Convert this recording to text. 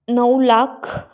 नऊ लाख